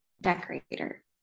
decorator